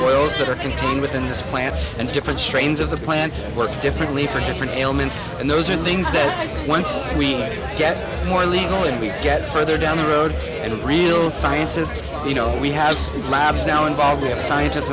contained within this plant and different strains of the plant works differently for different ailments and those are things that once we get more legal and we get further down the road and of real scientists you know we have some labs now involved scientist